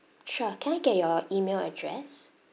sure can I get your email address